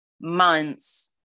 months